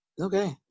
Okay